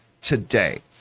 today